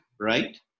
right